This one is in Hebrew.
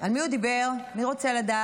על מי הוא דיבר, מי רוצה לדעת?